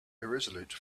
irresolute